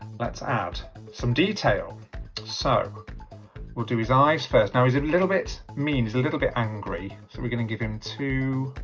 let's add some detail so we'll do his eyes first now he's a little bit mean he's a little bit angry so we're going to give him two